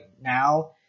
now